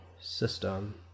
system